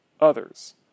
others